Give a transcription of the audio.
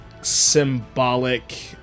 symbolic